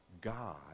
God